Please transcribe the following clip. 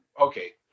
okay